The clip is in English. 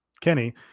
Kenny